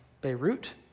Beirut